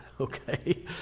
okay